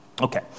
Okay